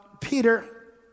Peter